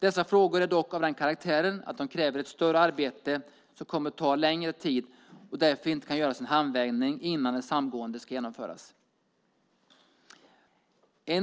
Dessa frågor är dock av den karaktären att de kräver ett större arbete som kommer att ta längre tid och därför inte kan göras i en handvändning innan ett samgående ska genomföras. Fru talman!